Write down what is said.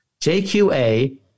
JQA